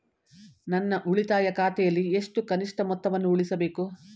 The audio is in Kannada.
ನನ್ನ ಉಳಿತಾಯ ಖಾತೆಯಲ್ಲಿ ಎಷ್ಟು ಕನಿಷ್ಠ ಮೊತ್ತವನ್ನು ಉಳಿಸಬೇಕು?